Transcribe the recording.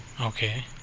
Okay